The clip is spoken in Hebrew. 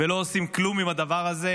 ולא עושים כלום עם הדבר הזה,